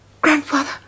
Grandfather